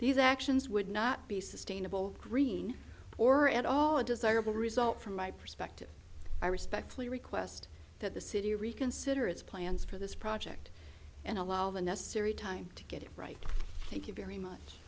these actions would not be sustainable green or at all a desirable result from my perspective i respectfully request that the city reconsider its plans for this project and allow the necessary time to get it right thank you very much